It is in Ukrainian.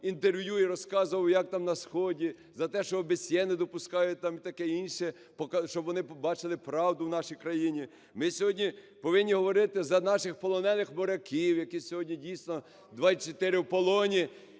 інтерв'ю і розказував як там на сход; за те, що ОБСЄ не допускають там і таке інше, щоб вони бачили правду в нашій країні. Ми сьогодні повинні говорити за наших полонених моряків, які сьогодні дійсно, 24, в полоні.